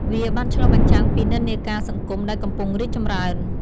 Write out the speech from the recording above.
វាបានឆ្លុះបញ្ចាំងពីនិន្នាការសង្គមដែលកំពុងរីកចម្រើន។